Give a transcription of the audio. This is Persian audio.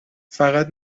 فقط